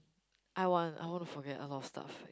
I want I want to forget a lot of stuff like